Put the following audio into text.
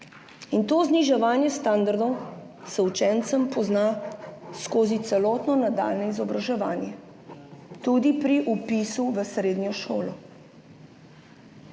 To zniževanje standardov se učencem pozna skozi celotno nadaljnje izobraževanje, tudi pri vpisu v srednjo šolo,